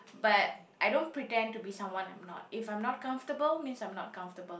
but I don't pretend to be someone I'm not if I'm not comfortable means I'm not comfortable